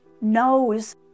knows